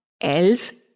else